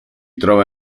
trova